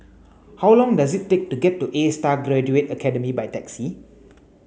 how long does it take to get to A Star Graduate Academy by taxi